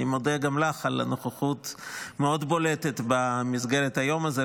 אני מודה גם לך על הנוכחות המאוד בולטת במסגרת היום הזה.